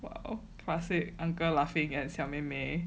!wow! classic uncle laughing at 小妹妹